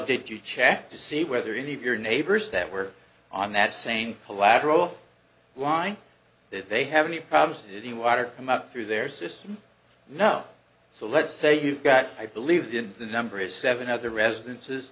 did you check to see whether any of your neighbors that were on that same collateral line that they have any problems with the water come up through their system know so let's say you've got i believe in the number is seven other residences